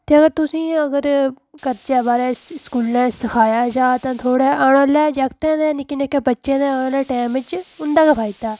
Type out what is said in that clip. ते अगर तुसेंगी अगर कर्जा बारै च स्कूला च सखाया जा तां थोह्ड़ा आने आह्ले जागत न निक्के निक्के बच्चे ते आने आह्ले टैम बिच्च उं'दा गै फायदा